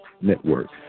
Network